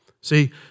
See